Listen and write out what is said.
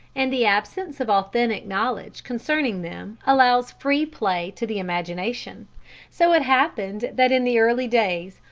and the absence of authentic knowledge concerning them allows free play to the imagination so it happened that in the early days,